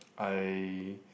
I